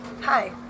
hi